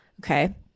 Okay